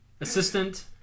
assistant